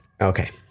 Okay